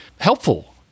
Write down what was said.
helpful